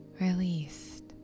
released